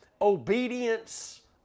obedience